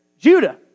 Judah